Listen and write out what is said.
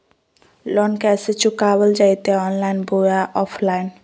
Loan कैसे चुकाबल जयते ऑनलाइन बोया ऑफलाइन?